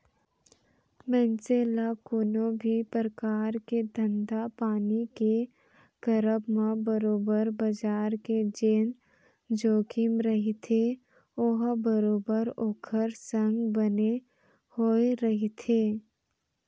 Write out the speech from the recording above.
मनसे ल कोनो भी परकार के धंधापानी के करब म बरोबर बजार के जेन जोखिम रहिथे ओहा बरोबर ओखर संग बने होय रहिथे